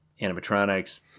animatronics